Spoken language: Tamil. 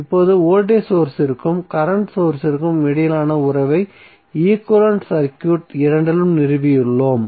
இப்போது வோல்டேஜ் சோர்ஸ்சிற்கும் கரண்ட் சோர்ஸ்சிற்கும் இடையிலான உறவை ஈக்விவலெண்ட் சர்க்யூட் இரண்டிலும் நிறுவியுள்ளோம்